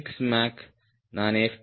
6 make நான் F